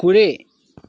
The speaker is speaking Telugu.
కుడి